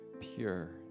pure